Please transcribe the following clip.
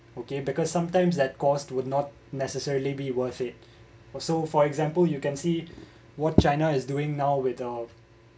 okay because sometimes that cost would not necessarily be worth it was so for example you can see what china is doing now with a